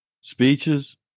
speeches